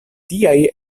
tiaj